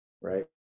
Right